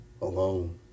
alone